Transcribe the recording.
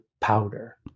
powder